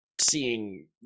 seeing